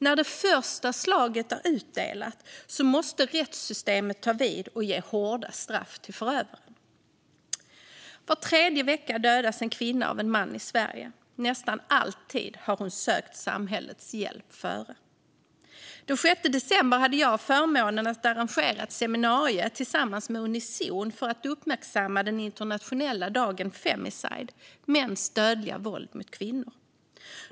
När det första slaget har utdelats måste rättssystemet ta vid och ge hårda straff till förövaren. Var tredje vecka dödas en kvinna av en man i Sverige. Nästan alltid har hon sökt samhällets hjälp innan det händer. Den 6 december hade jag förmånen att arrangera ett seminarium tillsammans med Unizon för att uppmärksamma den internationella dagen Femicide - mäns dödliga våld mot kvinnor.